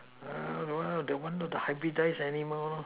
that one lah that one lor the hybridise animal